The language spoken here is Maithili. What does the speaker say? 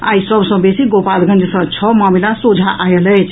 आई सभ सँ बेसी गोपालगंज सँ छओ मामिला सोझा आयल अछि